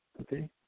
okay